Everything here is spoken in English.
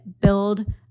build